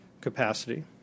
capacity